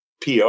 pr